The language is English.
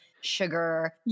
sugar